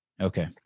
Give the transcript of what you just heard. Okay